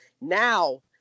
Now